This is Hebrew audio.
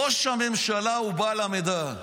ראש הממשלה הוא בעל המידע,